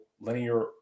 linear